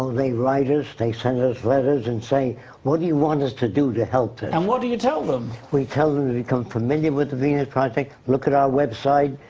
they write us, they send us letters and saying what do you want us to do to help this? and what do you tell them? we tell them to become familiar with the venus project, look at our website,